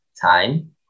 time